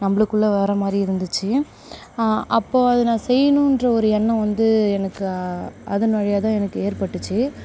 நம்மளுக்குள்ள வர்ற மாதிரி இருந்திச்சு அப்போது அது நான் செய்யணுன்ற ஒரு எண்ணம் வந்து எனக்கு அதன் வழியாகதான் எனக்கு ஏற்பட்டுச்சு